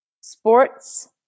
sports